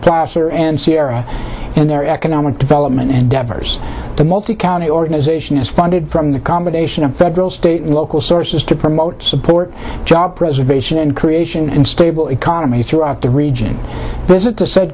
placer and sierra in their economic development and devers the multi county organization is funded from the combination of federal state and local sources to promote support job preservation and creation and stable economy throughout the region visit the said